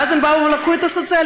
ואז הם באו ולקחו את הסוציאליסטים,